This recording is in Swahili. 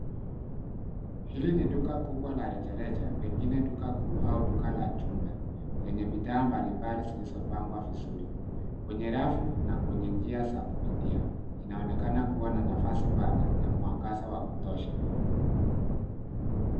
Hili ni duka kubwa la rejareja pengine duka kuu au duka la jumla lenye bidhaa mbalimbali zilizopangwa vizuri kwenye rafu na kwenye njia za kupitia. Inaonekana kuwa na nafasi pana na mwangaza wa kutosha.